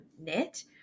knit